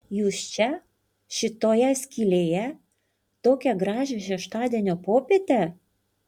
jūs čia šitoje skylėje tokią gražią šeštadienio popietę